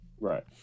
Right